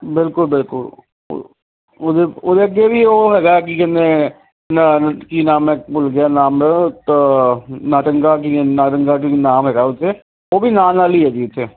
ਬਿਲਕੁਲ ਬਿਲਕੁਲ ਉਹਦੇ ਉਹਦੇ ਅੱਗੇ ਵੀ ਉਹ ਹੈਗਾ ਕੀ ਕਹਿੰਦੇ ਕੀ ਨਾਮ ਹੈ ਭੁੱਲ ਗਿਆ ਨਾਮ ਮਾਤਾ ਜੀ ਦਾ ਨਾਦੰਗਾ ਰੰਗਾ ਕੀ ਨਾਮ ਹੈਗਾ ਉੱਥੇ ਉਹ ਵੀ ਨਾਲ ਨਾਲ ਹੀ ਹੈ ਜੀ ਇਥੇ